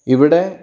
ഇവിടെ